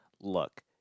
look